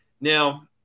Now